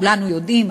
שכולנו יודעים,